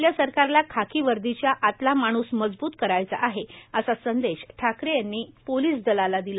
आपल्या सरकारला खाकी वर्दीच्या आतला माणूस मजबूत करायचा आहे असा संदेश ठाकरे यांनी पोलीस दलाला दिला